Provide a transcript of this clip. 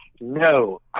No